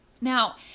Now